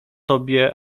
tobie